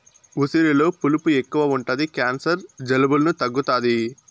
ఉసిరిలో పులుపు ఎక్కువ ఉంటది క్యాన్సర్, జలుబులను తగ్గుతాది